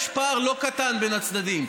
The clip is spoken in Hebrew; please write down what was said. יש פער לא קטן בין הצדדים,